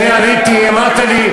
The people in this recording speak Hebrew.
כשאני עליתי אמרת לי,